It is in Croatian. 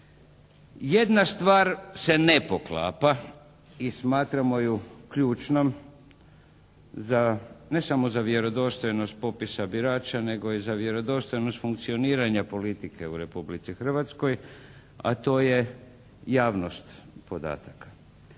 Jedna stvar se ne poklapa i smatramo ju ključnom za ne samo za vjerodostojnost popisa birača nego i za vjerodostojnost funkcioniranja politike u Republici Hrvatskoj, a to je javnost podataka.